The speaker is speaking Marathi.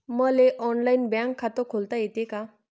मले ऑनलाईन बँक खात खोलता येते का?